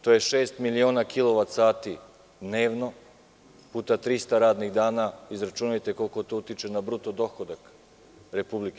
To je šest miliona kilovat sati dnevno puta 300 radnih dana pa izračunajte koliko to utiče na bruto dohodak Srbije.